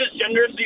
gender